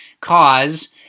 cause